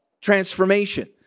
Transformation